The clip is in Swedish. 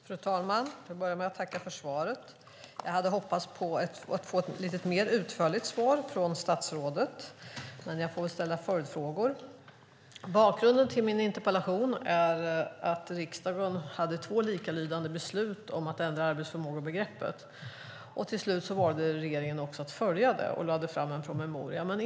Fru talman! Jag får börja med att tacka för svaret. Jag hade hoppats att få ett lite mer utförligt svar från statsrådet. Men jag får väl ställa följdfrågor. Bakgrunden till min interpellation är att riksdagen fattade två likalydande beslut om att ändra arbetsförmågebegreppet. Till slut valde regeringen också att följa det och lade fram en proposition.